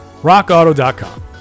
rockauto.com